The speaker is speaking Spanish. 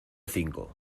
cinco